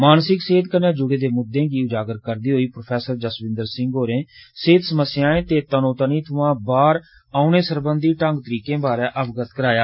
मानसिक सेहत कन्नै जुडे दे मुद्दे गी उजागर करदे होई प्रोफेसर जसविन्दर सिंह होरें सेहत समस्याएं ते तनाव सोयां बाहर औने सरबंधी तरीकाकारें बारै अवगत करोआया